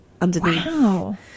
underneath